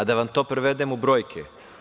Da vam to prevedem u brojke.